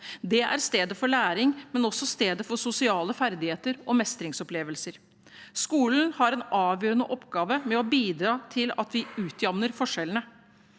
Det er stedet for læring, men også stedet for sosiale ferdigheter og mestringsopplevelser. Skolen har en avgjørende oppgave med å bidra til at vi utjevner forskjellene.